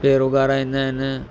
पेर उघाड़ा ईंदा आहिनि